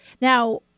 now